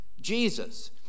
Jesus